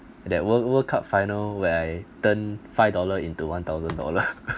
that world world cup final where I turned five dollar into one thousand dollars